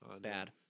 Bad